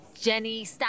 Jenny